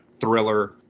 thriller